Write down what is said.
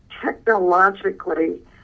technologically